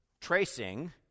tracing